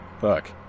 fuck